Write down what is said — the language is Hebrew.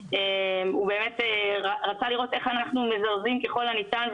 והוא באמת רצה לראות איך אנחנו מזרזים ככל הניתן,